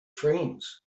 friends